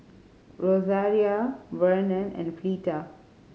Rosaria Vernon and Fleeta